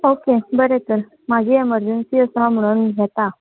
okay बरें तर म्हाजी एमरजंसी आसा म्हणून घेता